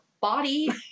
body